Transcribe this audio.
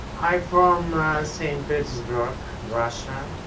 i'm from saint petersburg, russia.